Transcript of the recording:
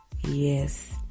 Yes